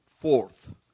fourth